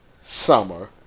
summer